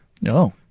No